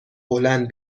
هلند